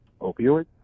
opioids